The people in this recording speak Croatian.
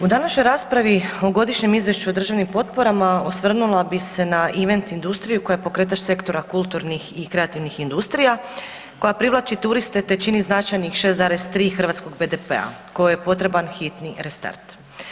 U današnjoj raspravi o Godišnjem izvješću o državnim potporama osvrnula bi se na event industriju koja je pokreta sektora kulturnih i kreativnih industrija koja privlači turiste te čini značajnih 6,3 hrvatskog BDP-a kojoj je potreban hitni restart.